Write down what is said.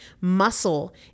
Muscle